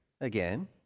again